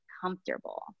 comfortable